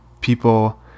people